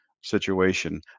situation